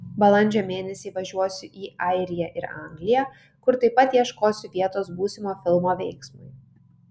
balandžio mėnesį važiuosiu į airiją ir angliją kur taip pat ieškosiu vietos būsimo filmo veiksmui